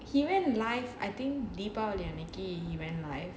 human life I think deepavali அன்னைக்கு:annaikku